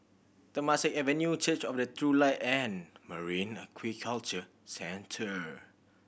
Temasek Avenue Church of the True Light and Marine Aquaculture Centre